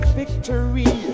victory